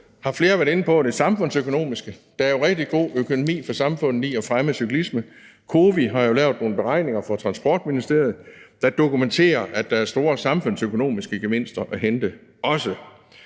som flere har været inde på, det samfundsøkonomiske. Der er rigtig god økonomi for samfundet i at fremme cyklisme. COWI har lavet nogle beregninger for Transportministeriet, der dokumenterer, at der også er store samfundsøkonomiske gevinster at hente.